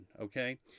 okay